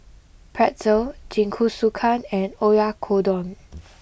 Pretzel Jingisukan and Oyakodon